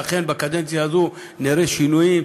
ואכן בקדנציה הזאת נראה שינויים.